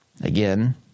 Again